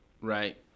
Right